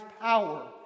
power